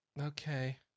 Okay